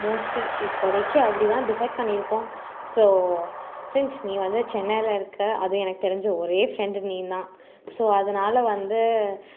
mostly இப்போதைக்கு அப்படிதான் decide பண்ணியிருக்கோம் ஸோ சின்ஸ் நீ வந்து சென்னையில் இருக்க அதுவும் எனக்கு தெரிஞ்ச ஒரே ஃபிரண்ட் நீதான் ஸோ அதனால் வந்து